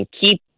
keep